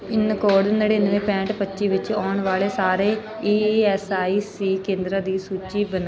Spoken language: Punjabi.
ਪਿਨਕੋਡ ਨੜਿੱਨਵੇਂ ਪੈਂਹਠ ਪੱਚੀ ਵਿੱਚ ਆਉਣ ਵਾਲੇ ਸਾਰੇ ਈ ਐੱਸ ਆਈ ਸੀ ਕੇਂਦਰਾਂ ਦੀ ਸੂਚੀ ਬਨ